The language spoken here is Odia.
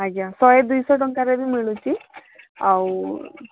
ଆଜ୍ଞା ଶହେ ଦୁଇଶହ ଟଙ୍କାରେ ବି ମିଳୁଛି ଆଉ